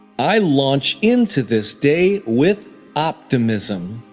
i launch into this day with optimism.